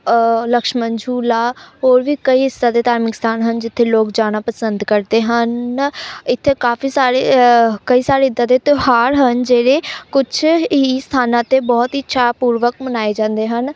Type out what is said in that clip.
ਲਕਸ਼ਮਨ ਝੂਲਾ ਹੋਰ ਵੀ ਕਈ ਇਸ ਤਰ੍ਹਾਂ ਦੇ ਧਾਰਮਿਕ ਸਥਾਨ ਹਨ ਜਿੱਥੇ ਲੋਕ ਜਾਣਾ ਪਸੰਦ ਕਰਦੇ ਹਨ ਇੱਥੇ ਕਾਫੀ ਸਾਰੇ ਕਈ ਸਾਰੇ ਇੱਦਾਂ ਦੇ ਤਿਉਹਾਰ ਹਨ ਜਿਹੜੇ ਕੁਛ ਹੀ ਸਥਾਨਾਂ 'ਤੇ ਬਹੁਤ ਹੀ ਉਹਸ਼ਾਹ ਪੂਰਵਕ ਮਨਾਏ ਜਾਂਦੇ ਹਨ